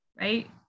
right